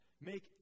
Make